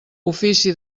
ofici